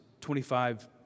25